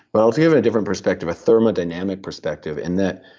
but i was given a different perspective, a thermodynamic perspective, in that